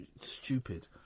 stupid